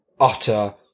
utter